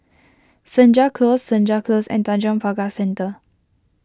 Senja Close Senja Close and Tanjong Pagar Centre